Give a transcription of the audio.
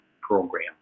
program